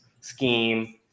scheme